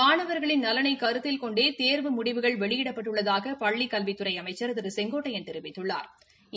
மாணவர்களின் நலனை கருத்தில் கொண்டே தேர்வு முடிவுகள் வெளியிடப்பட்டுள்ளதாக பள்ளிக் கல்வித்துறை அமைச்சா் திரு கே ஏ செங்கோட்டையன் தெரிவித்துள்ளாா்